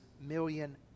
million